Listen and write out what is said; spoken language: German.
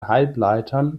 halbleitern